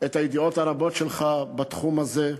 את הידיעות הרבות שלך בתחום הזה,